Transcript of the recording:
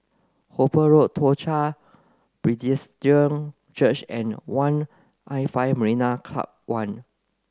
Hooper Road Toong Chai Church and One I five Marina Club One